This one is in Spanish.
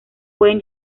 pueden